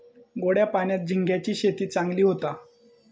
गोड्या पाण्यात झिंग्यांची शेती चांगली होता